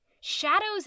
Shadow's